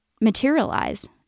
materialize